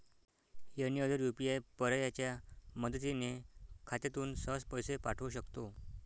any other UPI पर्यायाच्या मदतीने खात्यातून सहज पैसे पाठवू शकतो